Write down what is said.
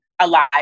alive